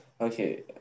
Okay